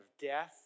death